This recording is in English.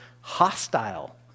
hostile